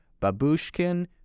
Babushkin